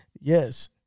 Yes